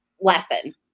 lesson